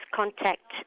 contact